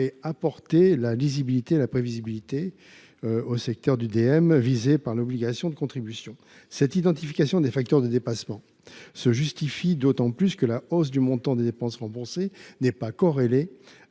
d’apporter lisibilité et prévisibilité au secteur des dispositifs médicaux visé par l’obligation de contribution. Cette identification des facteurs de dépassement se justifie d’autant plus que la hausse du montant des dépenses remboursées n’est pas corrélée à